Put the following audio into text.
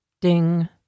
Ding